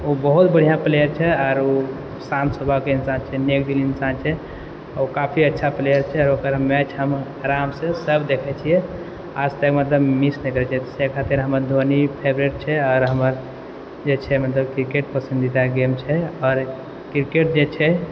ओ बहुत बढ़िआँ प्लेअर छै आओर ओ शान्त स्वभावान के इंसान छै नेकदिल इंसान छै आओर काफी अच्छा प्लेअर छै ओकर मैच हम आरामसँ सब देखै छियै आज तक मतलब मिस नहि कयले जे छै